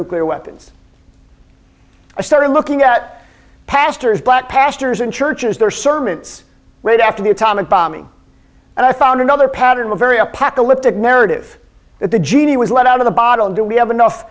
nuclear weapons i started looking at pastors black pastors and churches their sermons made after the atomic bombing and i found another pattern a very apocalyptic narrative that the genie was let out of the bottle do we have enough